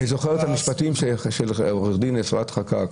אני זוכר את המשפטים של היועצת המשפטית אפרת חקאק,